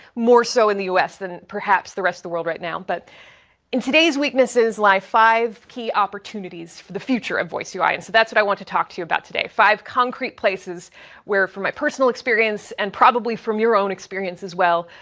more so in the us than perhaps the rest of the world right now. but in today's weaknesses lie five key opportunities for the future of voice ui and so that's what i want to talk to you about today. five concrete places where from my personal experience, and probably from your own experience as well,